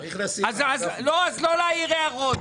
אז לא להעיר הערות.